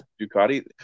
Ducati